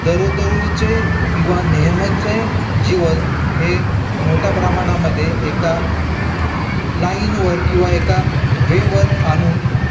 दरो दररोजचे किंवा नेहमीचे जीवन हे मोठ्या प्रमाणामध्ये एका लाईनवर किंवा एका वेवर आणून